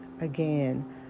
again